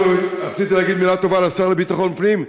רציתי להגיד מילה טובה לשר לביטחון פנים,